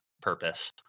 purpose